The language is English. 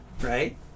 Right